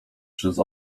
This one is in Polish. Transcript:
przez